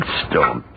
stone